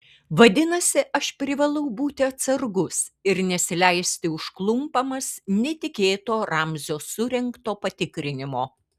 vadinasi aš privalau būti atsargus ir nesileisti užklumpamas netikėto ramzio surengto patikrinimo